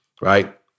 right